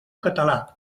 català